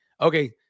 okay